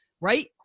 right